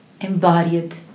embodied